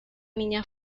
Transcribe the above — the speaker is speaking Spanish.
niña